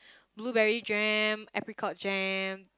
blueberry jam apricot jam